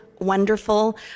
wonderful